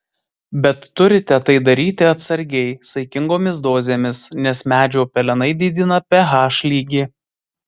bet turite tai daryti atsargiai saikingomis dozėmis nes medžio pelenai didina ph lygį